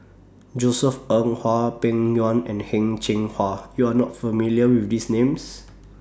Josef Ng Hwang Peng Yuan and Heng Cheng Hwa YOU Are not familiar with These Names